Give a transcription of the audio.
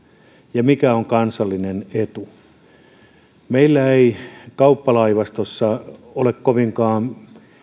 ja mikä on kansallinen etu meillä ei kauppalaivastossa ole kovinkaan